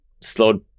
slowed